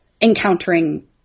encountering